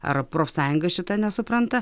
ar profsąjunga šita nesupranta